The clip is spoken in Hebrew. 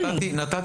הנה.